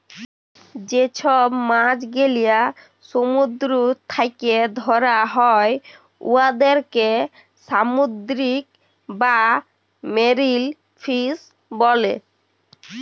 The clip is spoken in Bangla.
যে ছব মাছ গেলা সমুদ্দুর থ্যাকে ধ্যরা হ্যয় উয়াদেরকে সামুদ্দিরিক বা মেরিল ফিস ব্যলে